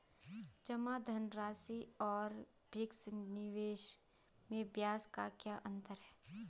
जमा धनराशि और फिक्स निवेश में ब्याज का क्या अंतर है?